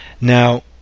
Now